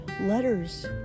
letters